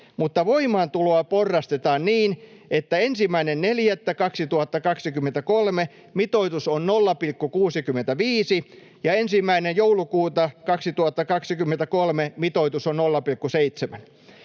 voimaantuloa porrastetaan niin, että 1.4.2023 mitoitus on 0,65 ja 1.12.2023 mitoitus on 0,7.